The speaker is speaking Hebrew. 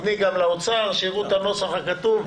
תני גם לאוצר כדי שהם יראו את הנוסח הכתוב.